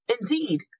Indeed